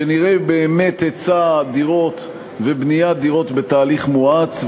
שנראה באמת היצע דירות ובניית דירות בתהליך מואץ,